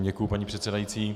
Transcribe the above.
Děkuji, paní předsedající.